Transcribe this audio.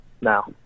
now